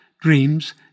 dreams